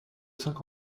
cinq